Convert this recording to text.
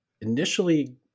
initially